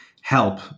help